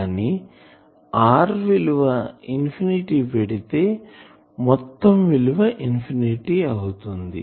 కానీ r విలువ infinity పెడితే మొత్తం విలువ ఇన్ఫినిటీ అవుతుంది